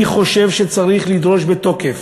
אני חושב שצריך לדרוש בתוקף